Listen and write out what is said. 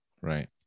right